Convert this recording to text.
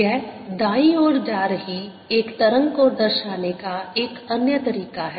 यह दाईं ओर जा रही एक तरंग को दर्शाने का एक अन्य तरीका है